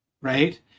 right